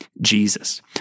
Jesus